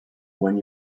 when